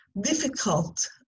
difficult